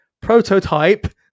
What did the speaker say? prototype